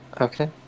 Okay